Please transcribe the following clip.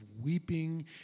weeping